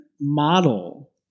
model